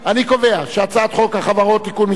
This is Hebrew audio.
אני קובע שהצעת חוק החברות (תיקון מס'